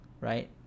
right